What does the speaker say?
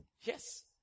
Yes